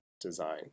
design